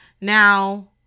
Now